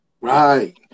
right